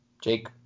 Jake